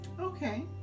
Okay